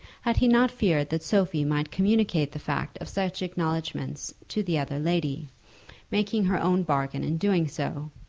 had he not feared that sophie might communicate the fact of such acknowledgments to the other lady making her own bargain in doing so.